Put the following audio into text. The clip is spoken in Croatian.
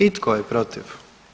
I tko je protiv?